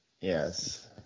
yes